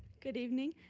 good evening,